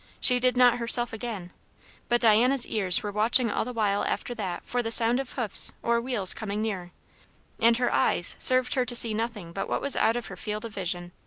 she did not herself again but diana's ears were watching all the while after that for the sound of hoofs or wheels coming near and her eyes served her to see nothing but what was out of her field of vision.